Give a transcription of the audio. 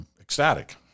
ecstatic